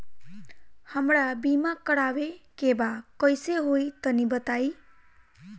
हमरा बीमा करावे के बा कइसे होई तनि बताईं?